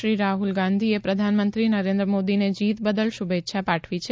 શ્રી ગાંધીએ પ્રધાનમંત્રી નરેન્દ્ર મોદીને જીત બદલ શુભેચ્છા પાઠવી છે